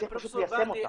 צריך פשוט ליישם אותם.